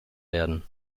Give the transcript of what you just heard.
werden